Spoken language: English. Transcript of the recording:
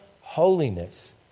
holiness